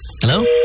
Hello